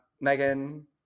Megan